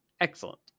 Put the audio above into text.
Excellent